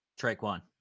Traquan